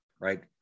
right